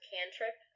Cantrip